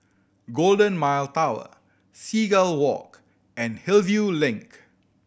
Golden Mile Tower Seagull Walk and Hillview Link